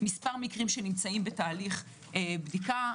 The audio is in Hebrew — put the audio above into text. מספר המקרים שנמצאים בתהליך בדיקה.